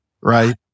Right